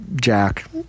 Jack